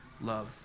love